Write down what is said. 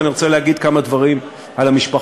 ואני רוצה להגיד כמה דברים על המשפחות.